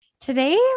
Today